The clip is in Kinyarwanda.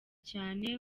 cyane